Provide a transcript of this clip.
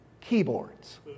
keyboards